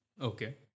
Okay